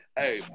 hey